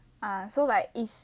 uh so like is